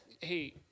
Hey